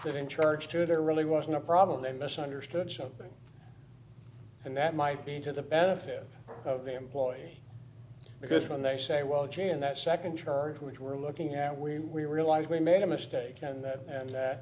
that in church too there really wasn't a problem they misunderstood something and that might be to the benefit of the employee because when they say well gee in that second charge which we're looking at we we realize we made a mistake and that and